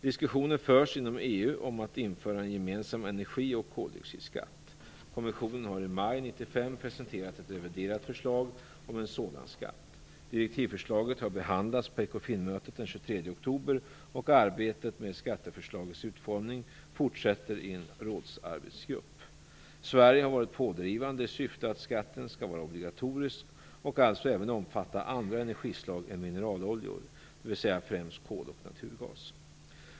Diskussioner förs inom EU om att införa en gemensam energi och koldioxidskatt. Kommissionen har i maj 1995 presenterat ett reviderat förslag om en sådan skatt. Direktivförslaget har behandlats på Ekofinmötet den 23 oktober, och arbetet med skatteförslagets utformning fortsätter i en rådsarbetsgrupp. Sverige har varit pådrivande i syfte att skatten skall vara obligatorisk och alltså även omfatta andra energislag än mineraloljor, dvs. främst kol och naturgas.